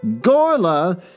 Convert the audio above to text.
Gorla